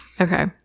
okay